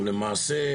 ולמעשה,